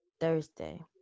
Thursday